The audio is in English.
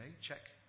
Check